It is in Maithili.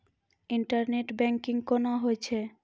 इंटरनेट बैंकिंग कोना होय छै?